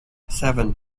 seven